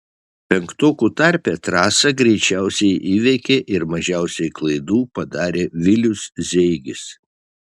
penktokų tarpe trasą greičiausiai įveikė ir mažiausiai klaidų padarė vilius zeigis